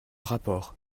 rapport